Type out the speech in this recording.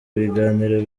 ibiganiro